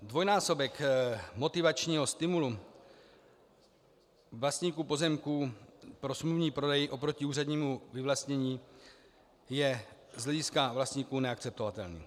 Dvojnásobek motivačního stimulu vlastníků pozemků pro smluvní prodej oproti úřednímu vyvlastnění je z hlediska vlastníků neakceptovatelný.